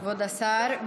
כבוד השר.